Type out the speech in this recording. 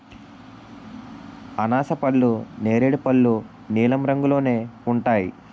అనాసపళ్ళు నేరేడు పళ్ళు నీలం రంగులోనే ఉంటాయి